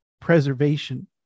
preservation